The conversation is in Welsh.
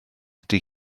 ydy